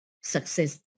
success